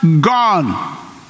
gone